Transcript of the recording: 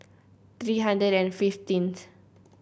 three hundred and fifteenth